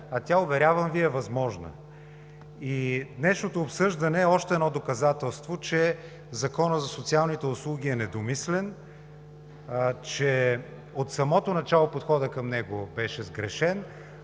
а тя, уверявам Ви, е възможна. Днешното обсъждане е още едно доказателство, че Законът за социалните услуги е недомислен, че от самото начало подходът към него беше сгрешен,